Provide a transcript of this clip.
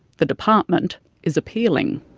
the department is appealing.